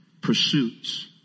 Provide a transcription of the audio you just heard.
pursuits